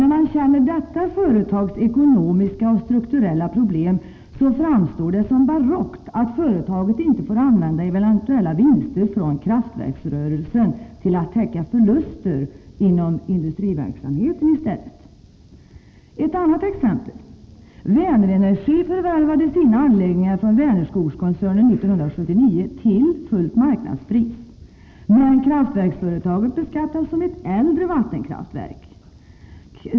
När man känner till detta företags ekonomiska och strukturella problem framstår det som barockt att företaget inte får använda eventuella vinster från kraftverksrörelsen till att täcka förluster inom industriverksamheten. Jag kan ge ett annat exempel. Vänerenergi förvärvade 1979 sina anläggningar från Vänerskogskoncernen till marknadspris, men kraftverksföretaget beskattas som ett äldre vattenkraftverk.